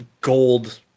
gold